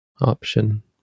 option